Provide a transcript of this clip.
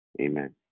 amen